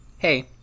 Hey